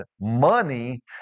money